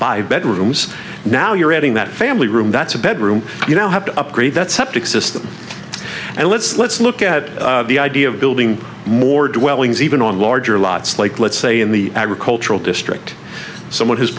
five bedrooms now you're adding that family room that's a bedroom you don't have to upgrade that septic system and let's let's look at the idea of building more dwellings even on larger lots like let's say in the agricultural district someone